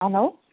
hello